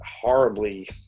horribly